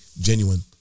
genuine